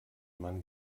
man